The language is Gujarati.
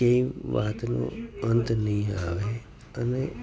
એ વાતનો અંત નહીં આવે અને